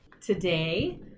today